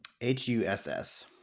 H-U-S-S